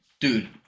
dude